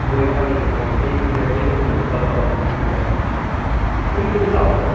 ꯍꯣꯏ ꯈꯪꯉꯤꯅꯦ ꯈꯪꯉꯤꯅꯦ ꯍꯌꯦꯡ ꯊꯦꯡꯅꯔꯁꯦ ꯍꯌꯦꯡ ꯊꯦꯡꯅꯔꯁꯦ ꯄꯔꯞ ꯄꯔꯞ ꯊꯦꯡꯅꯔꯁꯦ ꯑꯩꯈꯣꯏ ꯌꯨꯝꯗ ꯑꯣꯏꯅ ꯂꯥꯛꯑꯣꯀꯣ